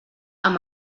amb